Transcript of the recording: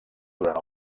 durant